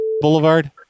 Boulevard